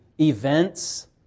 events